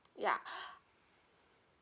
ya